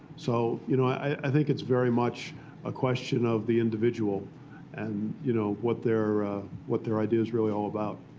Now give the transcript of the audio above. so you know i think it's very much a question of the individual and you know what their what their idea is really all about.